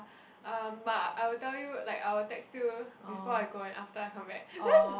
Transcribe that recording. um but I will tell you like I will text you before I go and after I come back then